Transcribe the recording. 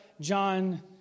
John